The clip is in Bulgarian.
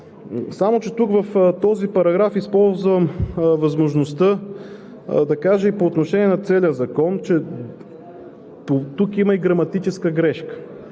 Само че тук в този параграф използвам възможността да кажа и по отношение на целия Закон, че има и граматическа грешка